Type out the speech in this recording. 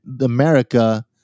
America